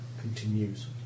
continues